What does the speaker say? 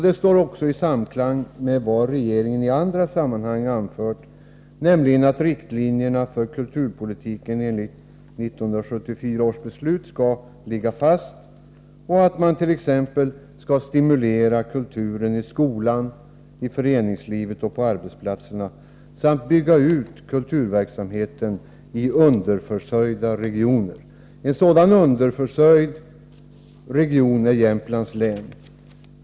Det står även i samklang med vad regeringen i andra sammanhang anfört, nämligen att riktlinjerna för kulturpolitiken enligt 1974 års beslut skall ligga fast och att man t.ex. skall stimulera kulturen i skolan, i föreningslivet och på arbetsplatserna samt bygga ut kulturverksamheten i underförsörjda regioner. En sådan underförsörjd region är Jämtlands län.